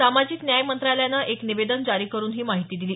सामाजिक न्याय मंत्रालयानं एक निवेदन जारी करुन ही माहिती दिली